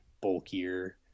bulkier